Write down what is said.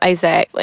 Isaac